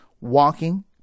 Walking